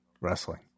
wrestling